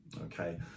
okay